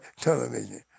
television